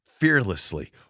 fearlessly